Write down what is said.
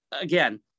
again